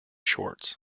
shorts